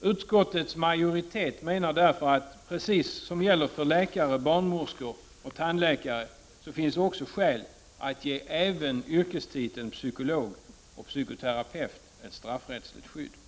Utskottets majoritet menar därför att det finns skäl att ge även yrkestitlarna psykolog och psykoterapeut ett straffrättsligt skydd, på samma sätt som läkares, barnmorskors och tandläkares yrkestitlar.